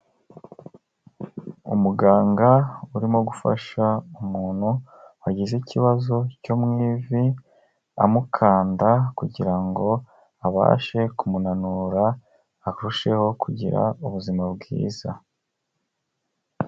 Umuganga urimo gufasha umuntu wagize ikibazo cyo mu ivi amukanda kugira ngo abashe kumunura arusheho kugira ubuzima bwiza.